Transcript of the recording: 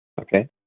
Okay